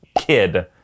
kid